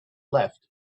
left